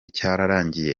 cyarangiye